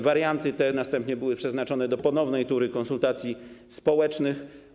Warianty te następnie były przeznaczone do ponownej tury konsultacji społecznych.